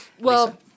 Well-